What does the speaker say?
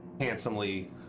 handsomely